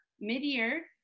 mid-year